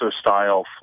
style